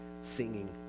singing